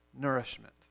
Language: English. nourishment